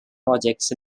projects